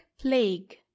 plague